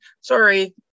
Sorry